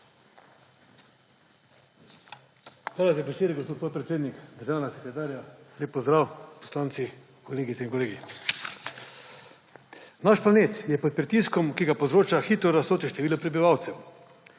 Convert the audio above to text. Hvala za besedo, gospod podpredsednik. Državna sekretarja, lep pozdrav, poslanci, kolegice in kolegi! Naš planet je pod pritiskom, ki ga povzroča hitro rastoče število prebivalcev.